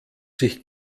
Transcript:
sich